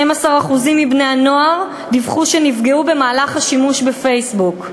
12% מבני-הנוער דיווחו שנפגעו במהלך השימוש בפייסבוק.